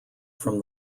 from